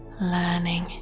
learning